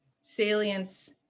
salience